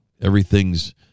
Everything's